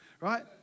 right